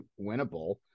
winnable